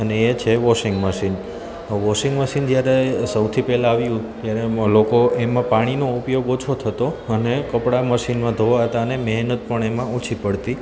અને એ છે વોશિંગ મશીન વોશિંગ મશીન જ્યારે સૌથી પહેલાં આવ્યું ત્યારે એમાં લોકો એમાં પાણીનો ઉપયોગ ઓછો થતો અને કપડાં મશીનમાં ધોવાતાં અને મહેનત પણ એમાં ઓછી પડતી